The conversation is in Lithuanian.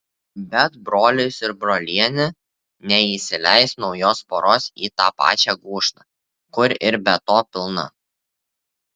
bet brolis ir brolienė neįsileis naujos poros į tą pačią gūžtą kur ir be to pilna